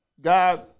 God